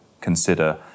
consider